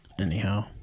anyhow